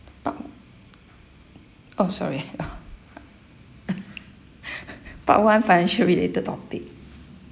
part oh sorry oh part one financial related topic